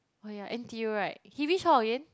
oh ya n_t_u right he which hall again